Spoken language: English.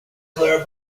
clara